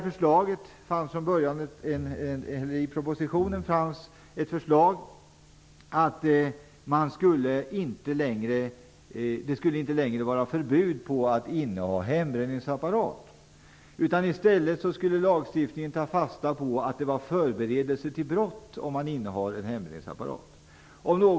I propositionen fanns ett förslag om att det inte längre skall vara förbjudet att inneha en hembränningsapparat. I stället skulle lagstiftningen ta fasta på att det kan vara förberedelse till brott att inneha hembränningsapparat.